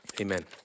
Amen